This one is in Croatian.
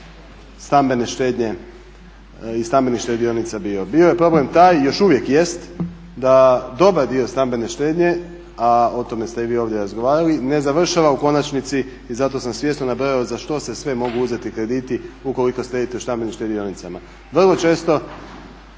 stambene štednje i stambenih štedionica bio? Bio je problem taj i još uvijek jest da dobar dio stambene štednje, a o tome ste i vi ovdje razgovarali ne završava u konačnici i zato sam svjesno nabrojao za što se sve mogu uzeti krediti ukoliko štedite u stambenim štedionicama. Vrlo često